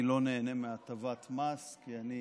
אני לא נהנה מהטבת מס, כי אני